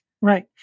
Right